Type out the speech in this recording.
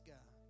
God